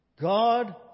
God